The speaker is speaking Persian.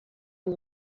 این